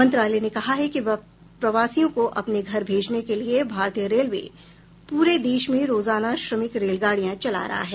मंत्रालय ने कहा है कि प्रवासियों को अपने घर भेजने के लिए भारतीय रेलवे पूरे देश में रोजाना श्रमिक रेलगाडियां चला रहा है